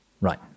Right